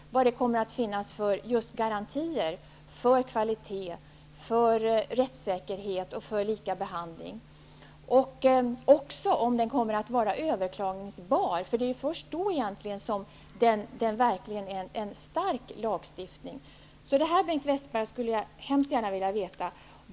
Vilka garantier kommer det att finnas för att det blir kvalitet, rättssäkerhet och lika behandling? Och kommer det att vara möjligt att överklaga? Det är ju egentligen först när det är möjligt som det verkligen är en stark lagstiftning. Jag skulle hemskt gärna vilja få besked på de här punkterna, Bengt Westerberg.